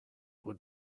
would